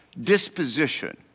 disposition